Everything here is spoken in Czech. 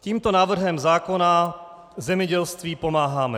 Tímto návrhem zákona zemědělství pomáháme.